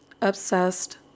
obsessed